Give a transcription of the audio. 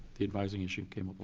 the advising issue came